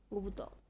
我不懂